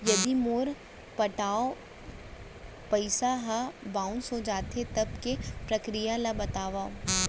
यदि मोर पटाय पइसा ह बाउंस हो जाथे, तब के प्रक्रिया ला बतावव